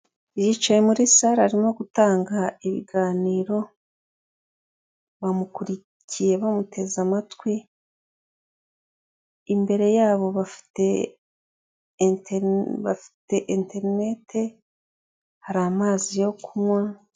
Yicaye muri sale arimo gutanga ibiganiro bamukurikiye bamuteze amatwi imbere yabo bafite bafite interineti hari amazi yo kunywa.